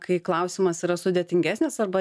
kai klausimas yra sudėtingesnis arba